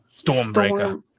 Stormbreaker